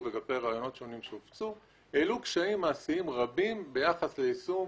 שונים שהופצו, העלו קשיים מעשיים רבים ביחס ליישום